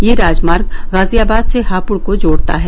यह राजमार्ग गाजियाबाद से हापुड को जोडता है